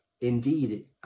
indeed